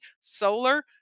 solar